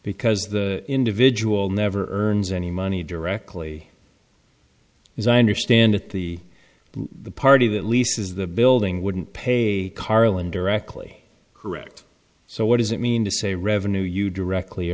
because the individual never earned any money directly as i understand it the the party that leases the building wouldn't pay carlon directly correct so what does it mean to say revenue you directly